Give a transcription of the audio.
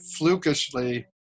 flukishly